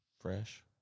Fresh